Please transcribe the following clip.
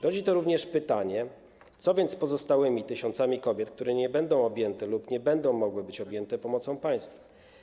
Rodzi to również pytanie, co z pozostałymi tysiącami kobiet, które nie będą objęte lub nie będą mogły być objęte pomocą państwa.